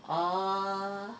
oh